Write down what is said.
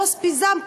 רוז פיזם,